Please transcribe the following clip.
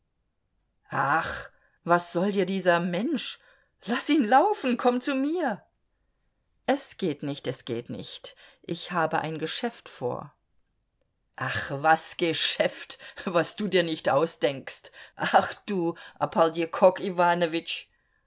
ach was soll dir dieser mensch laß ihn laufen komm zu mir es geht nicht es geht nicht ich habe ein geschäft vor ach was geschäft was du dir nicht ausdenkst ach du